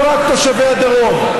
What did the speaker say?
לא רק תושבי הדרום.